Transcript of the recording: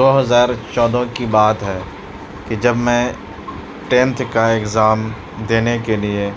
دو ہزار چودہ کی بات ہے کہ جب میں ٹینھ کا اگزام دینے کے لیے